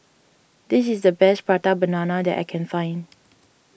this is the best Prata Banana that I can find